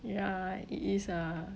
ya it is ah